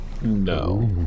No